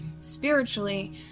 spiritually